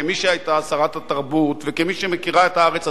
כמי שהיתה שרת התרבות וכמי שמכירה את הארץ הזאת,